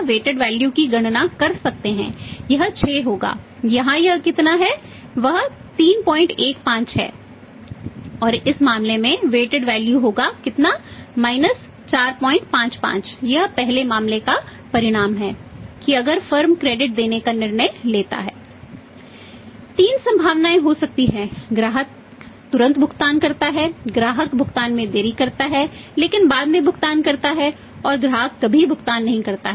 तीन संभावनाएं हो सकती हैं ग्राहक तुरंत भुगतान करता है ग्राहक भुगतान में देरी करता है लेकिन बाद में भुगतान करता है और ग्राहक कभी भुगतान नहीं करता है